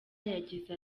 yagize